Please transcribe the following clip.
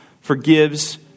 forgives